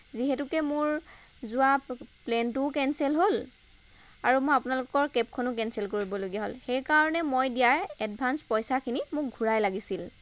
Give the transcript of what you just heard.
যিহেতুকে মোৰ যোৱা প্লেনটোও কেঞ্চেল হ'ল আৰু মই আপোনালোকৰ কেবখনো কেঞ্চেল কৰিবলগীয়া হ'ল সেইকাৰণে মই দিয়া এডভাঞ্চ পইচাখিনি মোক ঘূৰাই লাগিছিল